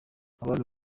abantu